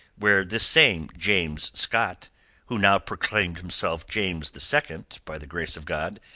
where this same james scott who now proclaimed himself james the second, by the grace of god,